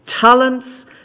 Talents